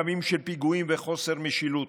ימים של פיגועים וחוסר משילות,